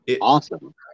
Awesome